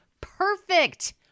perfect